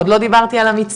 עוד לא דיברתי על המצטיינים,